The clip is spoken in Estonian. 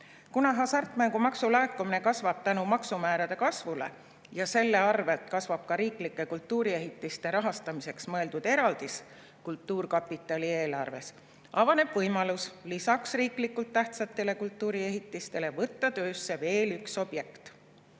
Kuna hasartmängumaksu laekumine kasvab tänu maksumäärade kasvule ja selle arvelt kasvab ka riiklike kultuuriehitiste rahastamiseks mõeldud eraldis kultuurkapitali eelarves, avaneb võimalus lisaks riiklikult tähtsatele kultuuriehitistele võtta töösse veel üks objekt.